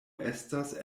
estas